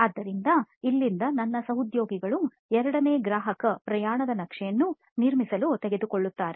ಆದ್ದರಿಂದ ಇಲ್ಲಿಂದ ನನ್ನ ಸಹೋದ್ಯೋಗಿಗಳು ಎರಡನೇ ಗ್ರಾಹಕ ಪ್ರಯಾಣದ ನಕ್ಷೆಯನ್ನು ನಿರ್ಮಿಸಲು ತೆಗೆದುಕೊಳ್ಳುತ್ತಾರೆ